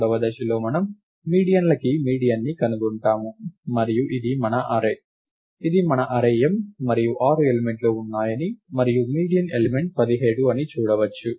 మూడవ దశలో మనము మీడియన్లకి మీడియన్ని కనుగొంటాము మరియు ఇది మన అర్రే A ఇది మన అర్రే M మరియు 6 ఎలిమెంట్లు ఉన్నాయని మరియు మీడియన్ ఎలిమెంట్ 17 అని చూడవచ్చు